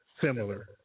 similar